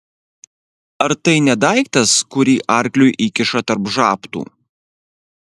ar tai ne daiktas kurį arkliui įkiša tarp žabtų